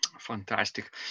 Fantastic